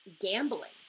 gambling